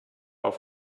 auf